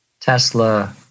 Tesla